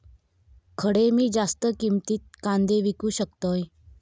खडे मी जास्त किमतीत कांदे विकू शकतय?